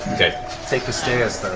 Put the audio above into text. take the stairs,